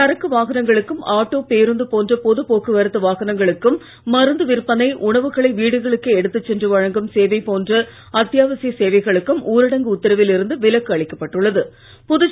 சரக்கு வாகனங்களுக்கும் ஆட்டோ பேருந்து போன்ற பொது போக்குவரத்து வாகனங்களுக்கும் மருந்து விற்பனை உணவுகளை வீடுகளுக்கே எடுத்துச் சென்று வழங்கும் சேவை போன்ற அத்தியாவசிய சேவைகளுக்கும் அளிக்கப்பட்டுள்ளது